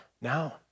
now